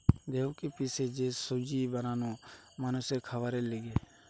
গেহুকে পিষে যে সুজি বানানো মানুষের খাবারের লিগে